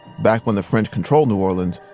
back when the french controlled new orleans,